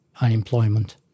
unemployment